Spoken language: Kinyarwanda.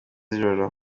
z’ijoro